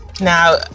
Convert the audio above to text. now